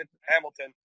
Hamilton